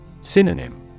Synonym